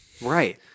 Right